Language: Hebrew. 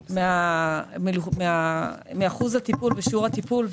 גם מאחוז הטיפול ושיעור הטיפול,